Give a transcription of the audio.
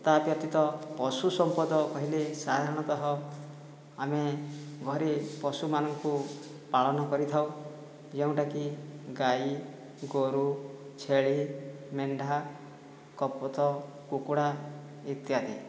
ତା' ବ୍ୟତୀତ ପଶୁ ସମ୍ପଦ କହିଲେ ସାଧାରଣତଃ ଆମେ ଘରେ ପଶୁମାନଙ୍କୁ ପାଳନ କରିଥାଉ ଯେଉଁଟାକି ଗାଈ ଗୋରୁ ଛେଳି ମେଣ୍ଢା କପୋତ କୁକୁଡ଼ା ଇତ୍ୟାଦି